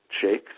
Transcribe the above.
shakes